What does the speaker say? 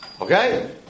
okay